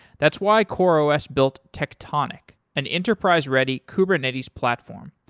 that's why coreos built tectonic, an enterprise-ready kubernetes platform.